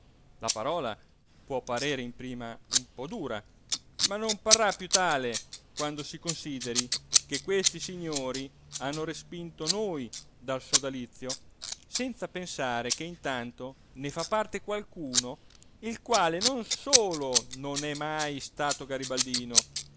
la parola può parere in prima un po dura ma non parrà piú tale quando si consideri che questi signori hanno respinto noi dal sodalizio senza pensare che intanto ne fa parte qualcuno il quale non solo non è mai stato garibaldino